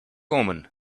omen